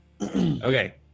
Okay